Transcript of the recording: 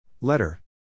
Letter